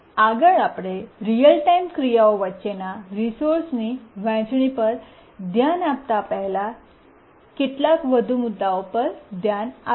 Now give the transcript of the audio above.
આગળ આપણે real time ક્રિયાઓ વચ્ચેના રિસોઅર્સ વહેંચણી પર ધ્યાન આપતા પહેલા આપણે કેટલાક વધુ મુદ્દાઓ પર ધ્યાન આપીશું